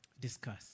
Discuss